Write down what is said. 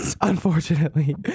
unfortunately